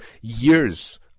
years